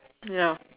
ya